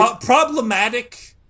Problematic